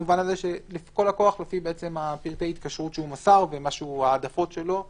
במובן הזה שכל לקוח לפי פרטי ההתקשרות שהוא מסר וההעדפות שלו וכו'.